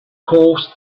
course